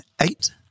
eight